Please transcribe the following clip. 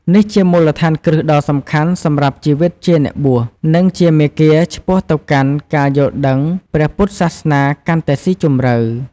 នេះជាមូលដ្ឋានគ្រឹះដ៏សំខាន់សម្រាប់ជីវិតជាអ្នកបួស និងជាមាគ៌ាឆ្ពោះទៅកាន់ការយល់ដឹងព្រះពុទ្ធសាសនាកាន់តែស៊ីជម្រៅ។